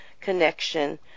Connection